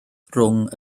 rhwng